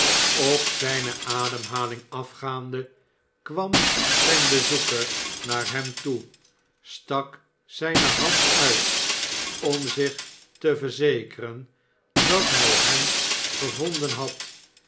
op zijne ademhaling afgaande kwam zijn bezoeker naar hem toe stak zijne hand uit om zich te verzekeren dat hij hem gevonden had